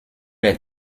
est